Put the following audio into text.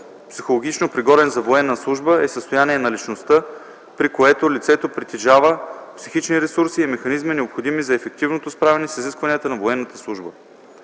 „Психологично пригоден за военна служба” е състояние на личността, при което лицето притежава психични ресурси и механизми, необходими за ефективното справяне с изискванията на военната служба.